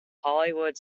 hollywood